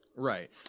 Right